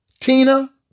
Tina